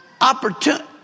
opportunity